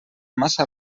massa